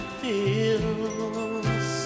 feels